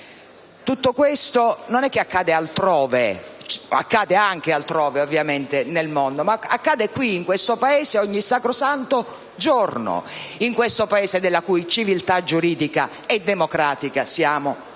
Tutto questo non è che accade altrove. Accade ovviamente anche altrove nel mondo, ma accade qui in questo Paese ogni sacrosanto giorno: in questo Paese della cui civiltà giuridica e democratica siamo fieri;